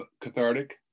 cathartic